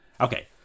Okay